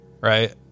right